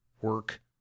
work